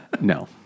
No